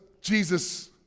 Jesus